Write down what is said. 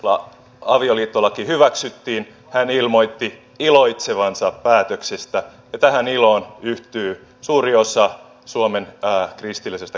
kun avioliittolaki hyväksyttiin hän ilmoitti iloitsevansa päätöksestä ja tähän iloon yhtyy suuri osa suomen kristillisestä kansastakin